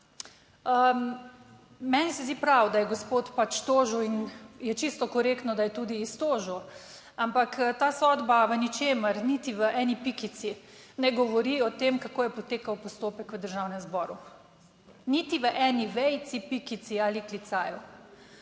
meni se zdi prav, da je gospod pač tožil in je čisto korektno, da je tudi iz tožil, ampak ta sodba v ničemer, niti v eni pikici ne govori o tem, kako je potekal postopek v Državnem zboru, niti v eni vejici, pikici ali klicaju.